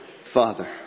Father